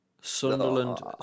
Sunderland